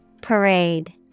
Parade